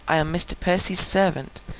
i am mr. percy's servant,